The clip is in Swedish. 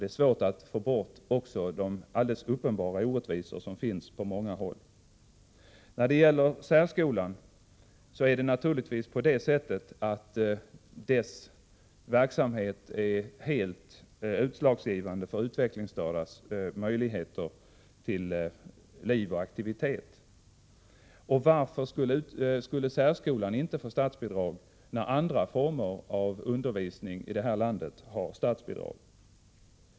Det är också svårt att få bort de alldeles uppenbara orättvisor som finns på många håll. När det gäller särskolan är det så att dess verksamhet naturligtvis är helt utslagsgivande för utvecklingsstördas möjligheter till liv och aktivitet. Varför skulle särskolan inte få statsbidrag, när andra former av undervisning i vårt land har statsbidrag?